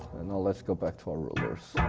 let's go back to our rulers